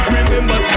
Remember